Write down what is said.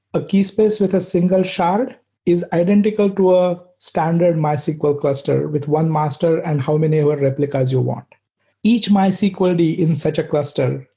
a key space with a single shard is identical to a standard mysql cluster with one master and how many more replicas you want each mysql d in such a cluster,